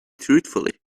truthfully